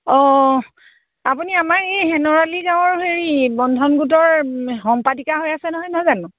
অঁ আপুনি আমাৰ এই হেনৰালি গাঁৱৰ হেৰি বন্ধন গোটৰ সম্পাদিকা হৈ আছে নহয় নহয় জানো